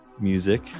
music